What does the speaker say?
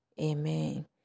amen